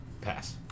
Pass